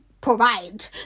provide